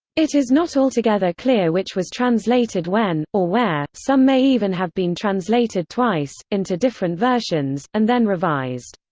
it is not altogether clear which was translated when, or where some may even have been translated twice, into different versions, and then revised.